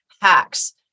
hacks